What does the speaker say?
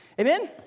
amen